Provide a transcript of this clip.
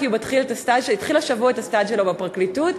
כי הוא התחיל השבוע את הסטאז' שלו בפרקליטות.